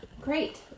Great